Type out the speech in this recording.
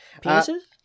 pieces